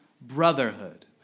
brotherhood